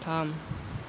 थाम